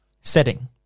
Setting